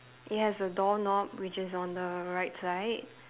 it has a doorknob which is on the right side